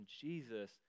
Jesus